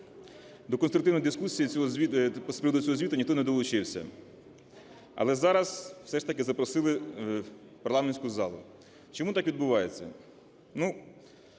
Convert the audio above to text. до конструктивної дискусії з приводу цього звіту ніхто не долучився. Але зараз все ж таки запросили в парламентську залу. Чому так відбувається?